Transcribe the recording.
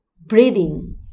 breathing